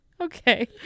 Okay